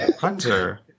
Hunter